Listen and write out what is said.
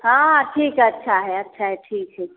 हँ ठीक अच्छा हइ अच्छा हइ ठीक हइ